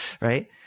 right